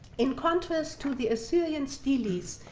in contrast to the assyrian stelaes,